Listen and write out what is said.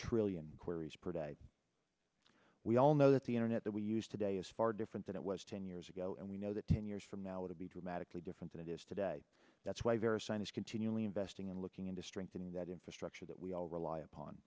trillion queries per day we all know that the internet that we use today is far different than it was ten years ago and we know that ten years from now it'll be dramatically different than it is today that's why there are scientists continually investing and looking into strengthening that infrastructure that we all rely upon